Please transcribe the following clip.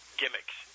gimmicks